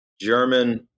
German